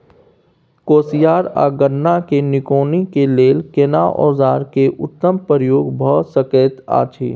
कोसयार आ गन्ना के निकौनी के लेल केना औजार के उत्तम प्रयोग भ सकेत अछि?